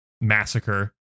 massacre